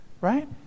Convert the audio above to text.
right